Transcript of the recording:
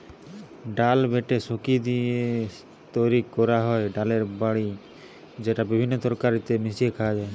ডাল বেটে শুকি লিয়ে তৈরি কোরা হয় ডালের বড়ি যেটা বিভিন্ন তরকারিতে মিশিয়ে খায়া হয়